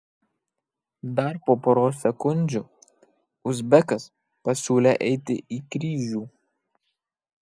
dar po poros sekundžių uzbekas pasiūlė eiti į kryžių